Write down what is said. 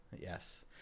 Yes